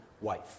wife